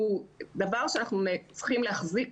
הוא דבר שאנחנו צריכים להחזיק